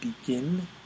begin